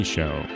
Show